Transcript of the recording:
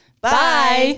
Bye